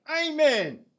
amen